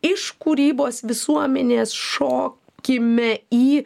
iš kūrybos visuomenės šokime į